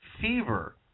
fever